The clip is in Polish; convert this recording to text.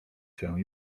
się